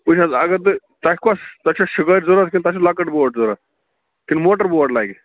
وُچھ حظ اگر ژٕ تۄہہِ کۄس تۄہہِ چھَا شِکٲرۍ ضروٗرت کِنہٕ تۅہہِ چھِ لۅکٕٹۍ بوٹ ضروٗرت کِنہٕ موٹر بوٹ لگہِ